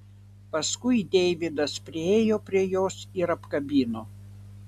paskui deividas priėjo prie jos ir apkabino